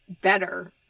better